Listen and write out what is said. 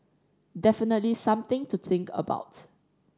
definitely something to think about